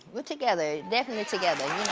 we're together, definitely together.